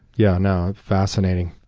yeah no. fascinating.